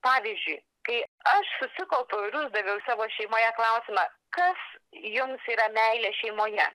pavyzdžiui kai aš susikaupiau ir uždaviau savo šeimoje klausimą kas jums yra meilė šeimoje